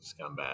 scumbag